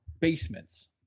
basements